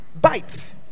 bite